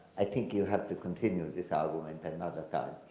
i think you have to continue this argument another time.